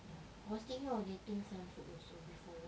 ya I was thinking of getting some food also before